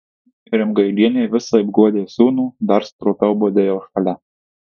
rimgailienė visaip guodė sūnų dar stropiau budėjo šalia